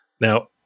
Now